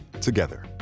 together